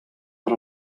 per